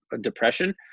depression